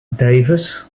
davis